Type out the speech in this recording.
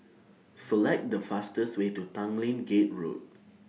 Select The fastest Way to Tanglin Gate Road